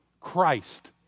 Christ